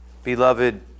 Beloved